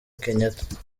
kenyatta